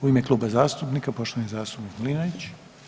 U ime kluba zastupnika poštovani zastupnik Mlinarić.